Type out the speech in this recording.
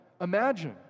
Imagine